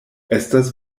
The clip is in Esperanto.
estas